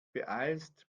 beeilst